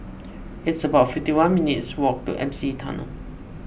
it's about fifty one minutes' walk to M C Tunnel